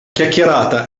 chiacchierata